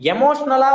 Emotional